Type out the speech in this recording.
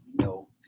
no